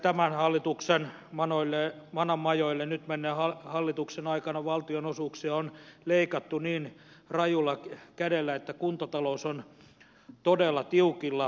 tämän hallituksen manan majoille nyt menneen hallituksen aikana valtionosuuksia on leikattu niin rajulla kädellä että kuntatalous on todella tiukilla